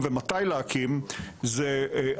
חברי המועצה והיושב-ראש מתמנים לתקופה של ארבע